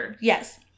Yes